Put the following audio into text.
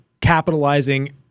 capitalizing